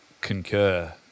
concur